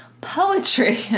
Poetry